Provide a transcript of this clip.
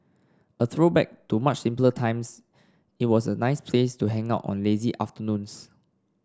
a throwback to much simpler times it was a nice place to hang out on lazy afternoons